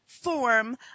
form